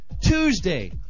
Tuesday